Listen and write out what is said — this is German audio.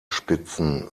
spitzen